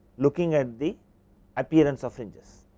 looking at the appearance of fringes.